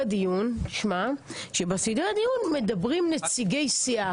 דיון ובסדרי הדיון מדברים נציגי סיעה.